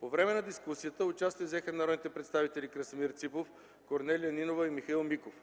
По време на дискусията участие взеха народните представители Красимир Ципов, Корнелия Нинова и Михаил Миков.